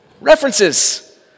References